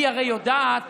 היא הרי יודעת